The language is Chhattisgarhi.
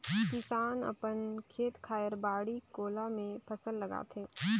किसान मन अपन खेत खायर, बाड़ी कोला मे फसल लगाथे